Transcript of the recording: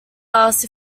asked